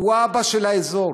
הוא האבא של האזור.